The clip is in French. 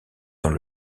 dans